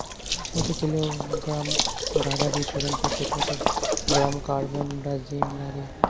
প্রতি কিলোগ্রাম গাঁদা বীজ শোধন করতে কত গ্রাম কারবানডাজিম লাগে?